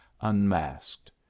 unmasked